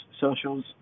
socials